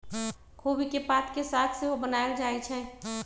खोबि के पात के साग सेहो बनायल जाइ छइ